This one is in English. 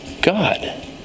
God